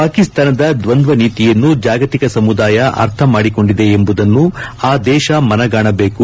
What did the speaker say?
ಪಾಕಿಸ್ತಾನದ ದ್ನಂದ ನೀತಿಯನ್ನು ಜಾಗತಿಕ ಸಮುದಾಯ ಅರ್ಥಮಾಡಿಕೊಂಡಿದೆ ಎಂಬುದನ್ನು ಆ ದೇಶ ಮನಗಾಣಬೇಕು